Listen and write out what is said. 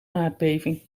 aardbeving